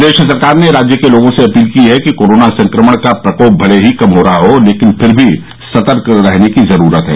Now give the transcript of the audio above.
प्रदेश सरकार ने राज्य के लोगों से अपील की है कि कोरोना संक्रमण का प्रकोप भले ही कम हो रहा हो लेकिन फिर भी सतर्क रहने की जरूरत है